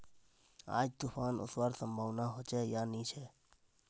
आज तूफ़ान ओसवार संभावना होचे या नी छे?